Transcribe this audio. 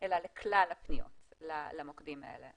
אלא לכלל הפניות המוקדים האלה.